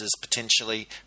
potentially